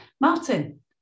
Martin